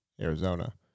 Arizona